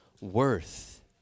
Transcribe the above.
worth